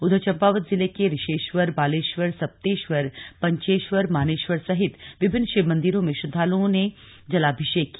उधर चम्पावत जिले के रिषेश्वर बालेश्वर सप्तेश्वर पंचेश्वर मानेश्वर सहित विभिन्न शिव मंदिरों में श्रद्धालुओं ने जलाभिषेक किया